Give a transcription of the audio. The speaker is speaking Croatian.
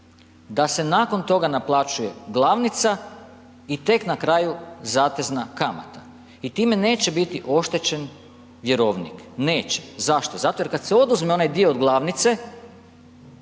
da se nakon toga naplaćuje glavnica i tek na kraju zatezna kamata i time neće biti oštećen vjerovnik, neće, zašto, zato je kad se oduzme onaj dio od glavnice